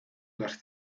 las